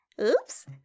oops